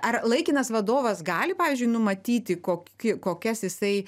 ar laikinas vadovas gali pavyzdžiui numatyti koki kokias jisai